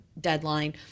deadline